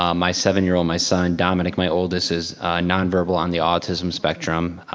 um my seven year old, my son dominic, my oldest is nonverbal on the autism spectrum.